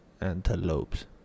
Antelopes